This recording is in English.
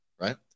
Right